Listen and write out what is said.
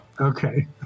Okay